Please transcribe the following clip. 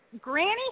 granny